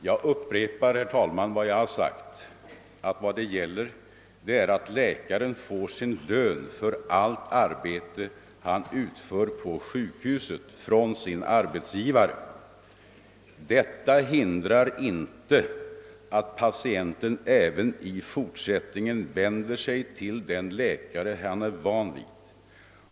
Vad det här gäller — jag upprepar det — är att läkaren får sin lön för allt det arbete han utför på sjukhuset från sin arbetsgivare. Detta hindrar inte att patienten även i fort 'sättningen vänder sig till den läkare han är van vid.